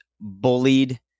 bullied